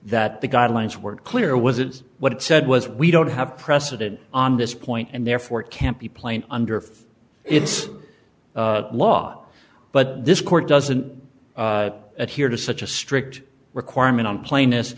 that the guidelines weren't clear was it is what it said was we don't have precedent on this point and therefore it can't be plain under its law but this court doesn't adhere to such a strict requirement on pla